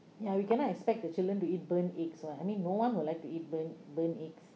ya we cannot expect the children to eat burnt eggs [what] I mean no one would like to eat burnt burnt eggs